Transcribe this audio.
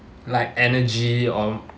like energy or